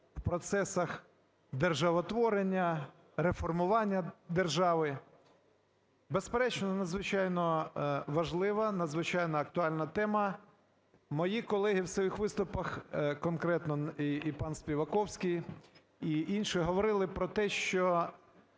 в процесах державотворення, реформування держави. Безперечно, надзвичайно важлива, надзвичайно актуальна тема. Мої колеги в своїх виступах конкретно, і пан Співаковський, і інші, говорили про те, що